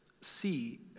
See